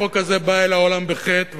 החוק הזה בא לעולם בחטא,